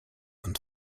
and